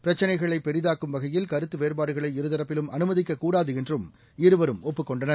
பிரக்சினைகளைபெரிதாக்கும் வகையில் கருத்தவேறுபாடுகளை இருதரப்பிலும் அனுமதிக்கக் கூடாதுஎன்றும் இருவரும் ஒப்புக் கொண்டனர்